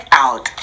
out